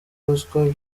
ruswa